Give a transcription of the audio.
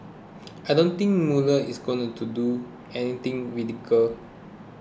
I don't think Mueller is gonna to do anything radical